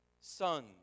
Son